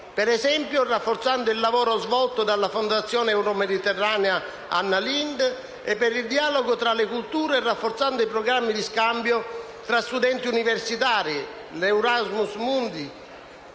per esempio rafforzando il lavoro svolto dalla Fondazione euromediterranea Anna Lindh per il dialogo tra le culture, rafforzando i programmi di scambio tra studenti universitari, come Erasmus Mundus,